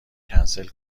کنسل